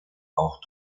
auch